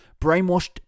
Brainwashed